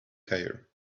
tire